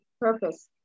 purpose